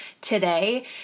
today